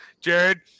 Jared